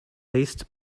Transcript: least